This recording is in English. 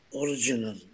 original